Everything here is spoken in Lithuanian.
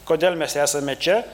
kodėl mes esame čia